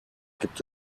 gibt